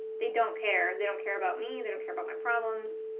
they don't care, they don't care about me, they don't care about my problems.